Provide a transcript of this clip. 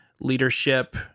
leadership